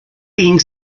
being